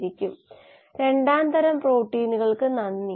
ഒരു മാട്രിക്സ് രൂപത്തിൽ പ്രാതിനിധ്യം സംഭവിക്കുന്നത് അങ്ങനെയാണ്